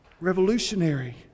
revolutionary